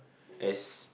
as